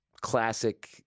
classic